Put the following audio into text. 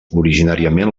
originàriament